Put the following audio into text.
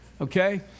okay